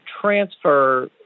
transfer